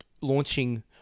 launching